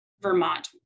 Vermont